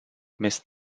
missed